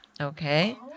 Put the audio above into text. Okay